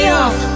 off